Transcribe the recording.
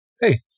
Hey